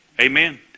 Amen